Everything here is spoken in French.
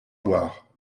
boire